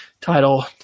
Title